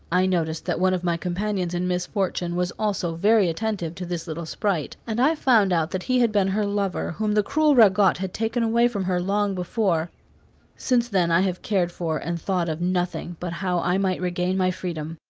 i noticed that one of my companions in misfortune was also very attentive to this little sprite, and i found out that he had been her lover, whom the cruel ragotte had taken away from her long before since then i have cared for, and thought of, nothing but how i might regain my freedom.